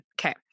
okay